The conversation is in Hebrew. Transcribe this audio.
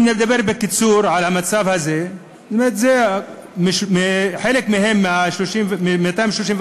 אם נדבר בקיצור על המצב הזה, חלק מהם, מה-231,500,